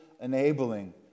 enabling